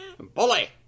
Bully